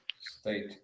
state